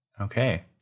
okay